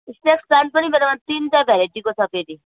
snake plant पनि मेरोमा तिनटा भेराइटीको छ फेरि